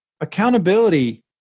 Accountability